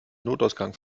notausgang